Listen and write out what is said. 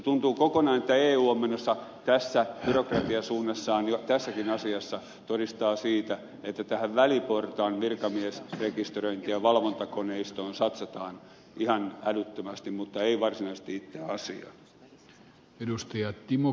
tuntuu kokonaan että eu tässä byrokratiasuunnassaan jo tässäkin asiassa todistaa siitä että tähän väliportaan virkamiesrekisteröintiin ja valvontakoneistoon satsataan ihan älyttömästi mutta ei varsinaisesti itse asiaan